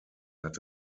hat